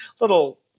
Little